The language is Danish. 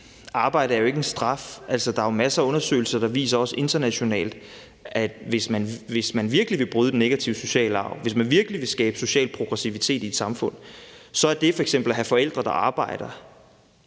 Arbejde er jo ikke en straf. Der er jo masser af undersøgelser, der viser, også internationalt, at hvis man virkelig vil bryde den negative sociale arv, og hvis man virkelig vil skabe social progression i et samfund, så har det at have forældre, der arbejder,